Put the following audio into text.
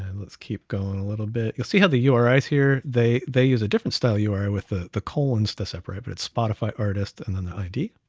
and let's keep going a little bit. you'll see how the uri's here, they they use a different style uri with the the colons to separate, but it's spotify artist, and then the id.